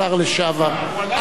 השר לשעבר,